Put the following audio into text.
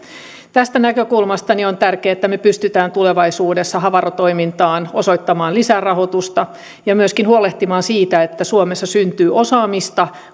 tästä näkökulmasta on tärkeää että me pystymme tulevaisuudessa havaro toimintaan osoittamaan lisärahoitusta ja myöskin huolehtimaan siitä että suomessa syntyy osaamista